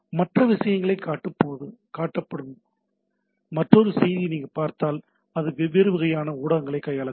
மற்றும் விஷயங்களை காட்டப்படும் செய்து மற்றொரு பகுதி நீங்கள் பார்த்தால் அது வெவ்வேறு வகையான ஊடகங்களைக் கையாளக்கூடியது